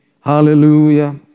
hallelujah